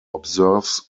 observes